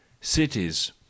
cities